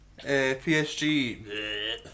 PSG